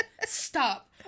stop